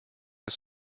ist